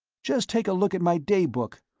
just take a look at my daybook,